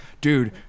Dude